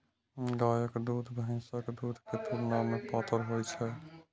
गायक दूध भैंसक दूध के तुलना मे पातर होइ छै